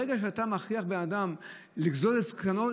ברגע שאתה מכריח בן אדם לגזוז את זקנו,